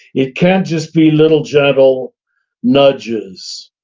it can't just be little gentle nudges,